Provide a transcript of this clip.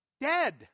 dead